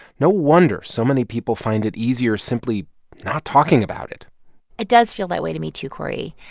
no wonder so many people find it easier simply not talking about it it does feel that way to me too, cory.